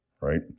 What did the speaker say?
right